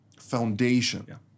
foundation